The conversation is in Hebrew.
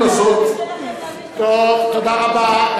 תודה רבה.